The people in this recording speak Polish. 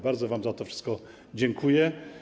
Bardzo wam za to wszystko dziękuję.